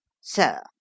Sir